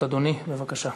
322, 340 ו-358.